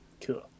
Cool